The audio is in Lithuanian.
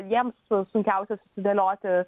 jiems su sunkiausia dėlioti